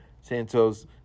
Santos